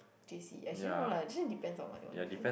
J_C actually no lah actually depends on what they wanna do